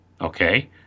okay